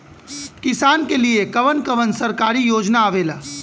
किसान के लिए कवन कवन सरकारी योजना आवेला?